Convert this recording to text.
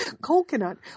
coconut